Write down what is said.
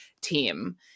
team